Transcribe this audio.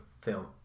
film